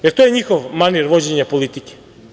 Jer, to je njihov manir vođenja politike.